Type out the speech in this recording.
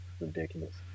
ridiculous